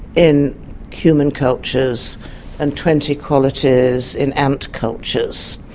in human cultures and twenty qualities in ant cultures,